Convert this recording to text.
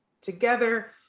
together